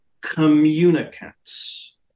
communicants